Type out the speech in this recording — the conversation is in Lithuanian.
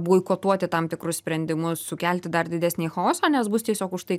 boikotuoti tam tikrus sprendimus sukelti dar didesnį chaosą nes bus tiesiog už tai